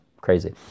crazy